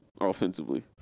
offensively